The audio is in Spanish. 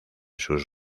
sus